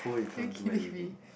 are you kidding me